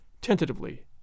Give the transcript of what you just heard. tentatively